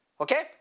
Okay